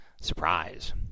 Surprise